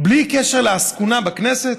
בלי קשר לעסקונה בכנסת?